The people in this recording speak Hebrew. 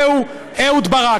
זהו אהוד ברק.